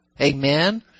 amen